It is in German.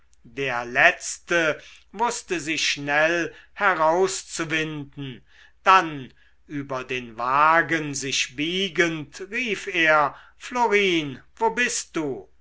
der letzte wußte sich schnell herauszuwinden dann über den wagen sich biegend rief er florine wo bist du